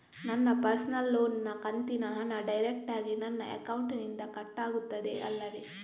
ನನ್ನ ಪರ್ಸನಲ್ ಲೋನಿನ ಕಂತಿನ ಹಣ ಡೈರೆಕ್ಟಾಗಿ ನನ್ನ ಅಕೌಂಟಿನಿಂದ ಕಟ್ಟಾಗುತ್ತದೆ ಅಲ್ಲವೆ?